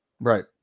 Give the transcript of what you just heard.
Right